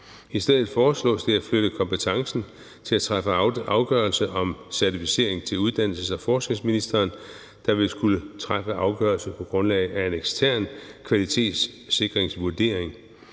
I stedet foreslås det at flytte kompetencen til at træffe afgørelse om certificering til uddannelses- og forskningsministeren, der vil skulle træffe afgørelse på grundlag af en ekstern kvalitetssikringsvurdering.